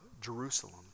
Jerusalem